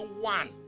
one